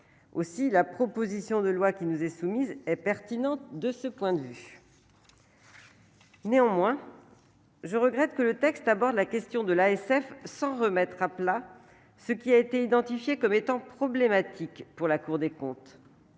Aussi la proposition de loi qui nous est soumise et pertinente de ce point de vue. Je regrette que le texte aborde la question de l'ASF, s'en remettre à plat ce qui a été identifié comme étant problématiques pour la Cour des comptes.